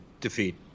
defeat